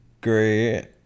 great